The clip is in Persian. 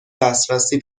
دسترسی